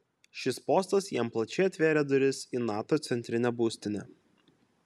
šis postas jam plačiai atvėrė duris į nato centrinę būstinę